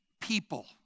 people